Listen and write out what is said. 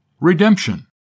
Redemption